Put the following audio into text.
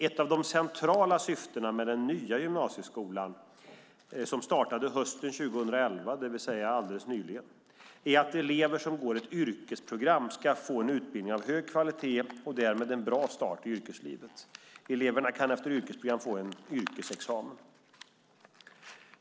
Ett av de centrala syftena med den nya gymnasieskolan, som startade hösten 2011, är att elever som går ett yrkesprogram ska få en utbildning av hög kvalitet och därmed en bra start i yrkeslivet. Eleverna kan efter ett yrkesprogram få en yrkesexamen.